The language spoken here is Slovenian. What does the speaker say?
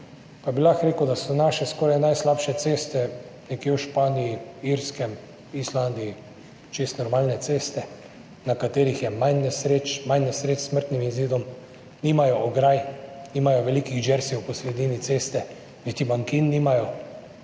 pa bi lahko rekel, da so naše skoraj najslabše ceste nekje v Španiji, na Irskem, Islandiji čisto normalne ceste, na katerih je manj nesreč, manj nesreč s smrtnim izidom, nimajo ograj, nimajo velikih jerseyjev po sredini ceste, niti bankin nimajo,